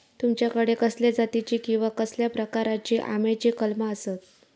तुमच्याकडे कसल्या जातीची किवा कसल्या प्रकाराची आम्याची कलमा आसत?